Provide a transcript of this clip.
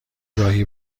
گاهی